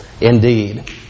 indeed